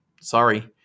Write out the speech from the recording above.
sorry